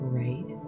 right